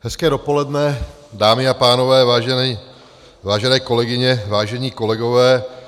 Hezké dopoledne, dámy a pánové, vážené kolegyně, vážení kolegové.